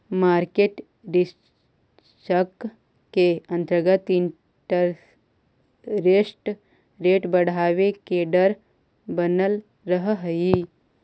market risk के अंतर्गत interest rate बढ़वे के डर बनल रहऽ हई